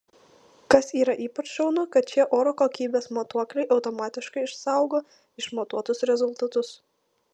kas yra ypač šaunu kad šie oro kokybės matuokliai automatiškai išsaugo išmatuotus rezultatus